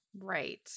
Right